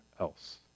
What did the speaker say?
else